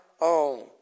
own